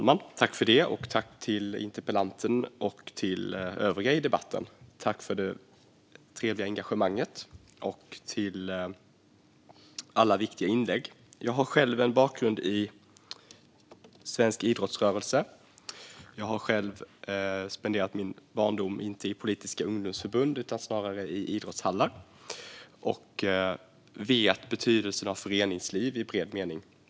Fru talman! Jag tackar interpellanten och övriga debattörer för trevligt engagemang och viktiga inlägg. Jag har själv en bakgrund i svensk idrottsrörelse. Jag spenderade inte min ungdom i politiska ungdomsförbund utan i idrottshallar och vet betydelsen av föreningsliv i bred mening.